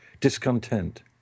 discontent